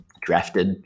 drafted